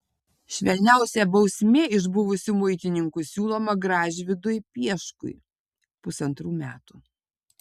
švelniausia bausmė iš buvusių muitininkų siūloma gražvydui pieškui pusantrų metų